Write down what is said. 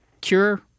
cure